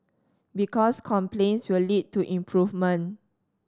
because complaints will lead to improvement